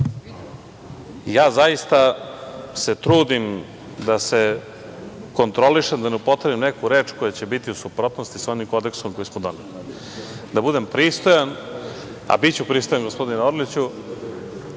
itd. Zaista se trudim da se kontrolišem, da ne upotrebim neku reč koja će biti u suprotnosti s onim Kodeksom koji smo doneli, da budem pristojan, a biću pristojan, gospodine Orliću,